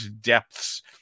depths